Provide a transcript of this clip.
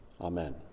Amen